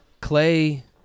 Clay